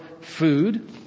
food